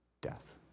death